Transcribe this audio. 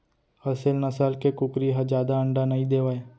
असेल नसल के कुकरी ह जादा अंडा नइ देवय